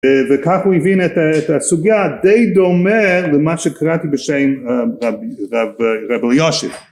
וכך הוא הבין את... את הסוגייה, די דומה למה שקראתי בשם רב... רב... רב אלישיב